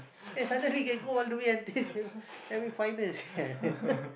eh suddenly can go all the way until semi semi finals sia